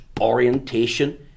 orientation